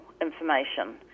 information